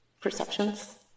perceptions